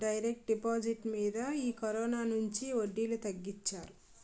direct deposit మీద ఈ కరోనొచ్చినుంచి వడ్డీలు తగ్గించారు